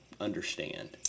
understand